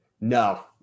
No